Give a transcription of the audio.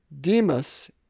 Demas